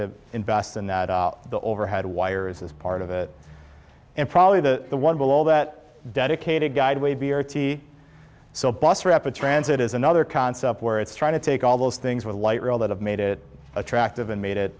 to invest in that the overhead wires is part of it and probably the one below that dedicated guideway b r t so bus rapid transit is another concept where it's trying to take all those things with light rail that have made it attractive and made